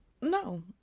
No